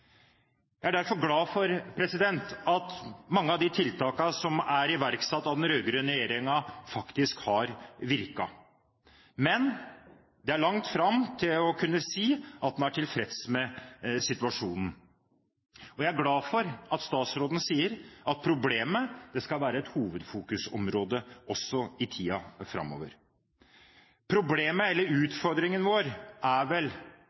Jeg er derfor glad for at mange av de tiltakene som er iverksatt av den rød-grønne regjeringen, faktisk har virket, men det er langt fram til å kunne si at en er tilfreds med situasjonen. Jeg er glad for at statsråden sier at dette problemet skal være et hovedfokusområde også i tiden framover. Problemet vårt, eller utfordringen vår, er vel